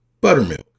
buttermilk